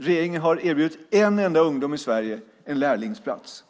Regeringen har erbjudit en enda ungdom i Sverige en lärlingsplats